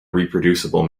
reproducible